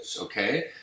okay